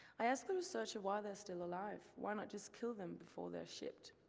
i ask the researcher why they are still alive, why not just kill them before they're shipped.